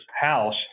House